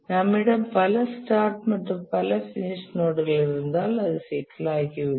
நம்மிடம் பல ஸ்டார்ட் மற்றும் பல பினிஷ் நோட்கள் இருந்தால் அது சிக்கலாகிவிடும்